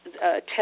test